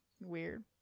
weird